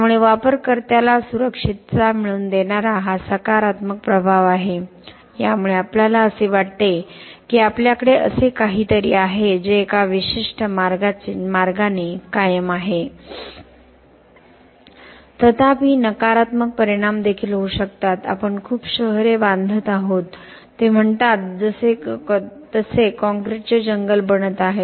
त्यामुळे वापरकर्त्याला सुरक्षितता मिळवून देणारा हा सकारात्मक प्रभाव आहे यामुळे आपल्याला असे वाटते की आपल्याकडे असे काहीतरी आहे जे एका विशिष्ट मार्गाने कायम आहे तथापि नकारात्मक परिणाम देखील होऊ शकतात आपण खूप शहरे बांधत आहोत ते म्हणतात तसे काँक्रीटचे जंगल बनत आहेत